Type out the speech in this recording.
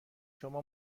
شما